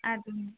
ಅದು ನಿಜ